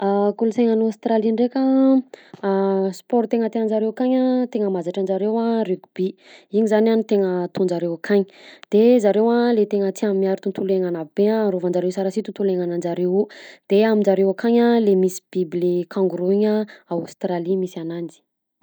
Kolonsaina any Aostralia ndreka ah sport tena tia njareo akany atena mazatra anjareo a rugby iny zany a no tena ataonjareo akany de zareo a le tena tia miaro tontolo iainana be arovanjareo sara si tontolo iainananjareo io de aminjareo akany a le misy biby le kangoroa iny ao australie misy ananjy.